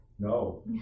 No